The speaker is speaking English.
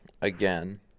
again